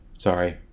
sorry